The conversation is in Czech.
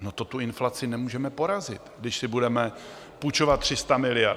No, to tu inflaci nemůžeme porazit, když si budeme půjčovat 300 miliard.